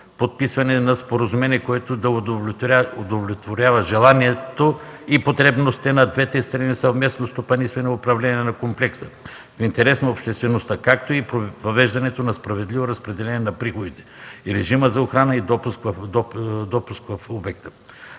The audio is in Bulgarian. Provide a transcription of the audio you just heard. подписване на споразумение, което да удовлетворява желанието и потребностите на двете страни за съвместно стопанисване и управление на комплекса в интерес на обществеността, както въвеждането на справедливо разпределение на приходите и режима за охрана и допуск в обекта.